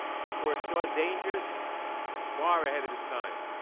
he foresaw danger far ahead of his time.